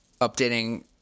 updating